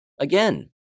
Again